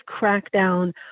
crackdown